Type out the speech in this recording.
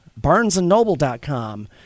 barnesandnoble.com